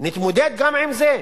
נתמודד גם עם זה.